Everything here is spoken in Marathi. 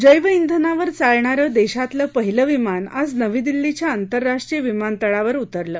जैव श्वेनावर चालणारं देशातलं पहिलं विमान आज नवी दिल्लीच्या आंतरराष्ट्रीय विमानतळावर उतरलं